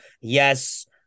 Yes